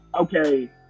okay